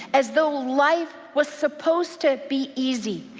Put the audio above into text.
as though life was supposed to be easy,